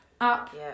Up